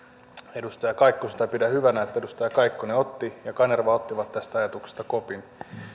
edustaja kaikkosta ja pidän hyvänä että edustajat kaikkonen ja kanerva ottivat tästä ajatuksesta kopin